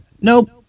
Nope